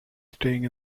staying